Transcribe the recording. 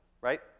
right